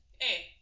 hey